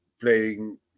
playing